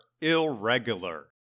irregular